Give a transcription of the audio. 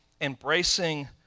embracing